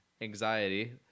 anxiety